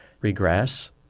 regress